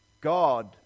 God